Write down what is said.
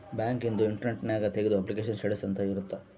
bank ಇಂದು internet ನ್ಯಾಗ ತೆಗ್ದು ಅಪ್ಲಿಕೇಶನ್ ಸ್ಟೇಟಸ್ ಅಂತ ಇರುತ್ತ